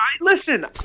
Listen